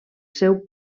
seu